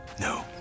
No